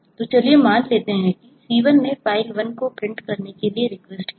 तो चलिए मान लेते हैं कि C1 ने फाइल 1 को प्रिंट करने के लिए रिक्वेस्ट किया है